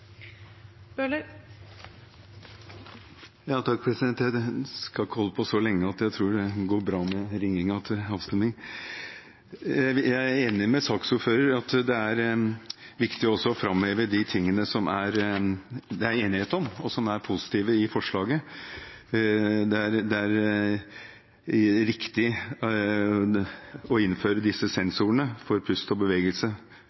Jeg skal ikke holde på så lenge, så jeg tror det går bra med tanke på ringingen til avstemning. Jeg er enig med saksordføreren i at det er viktig å framheve også de tingene som det er enighet om, og som er positive i forslaget. Det er riktig å innføre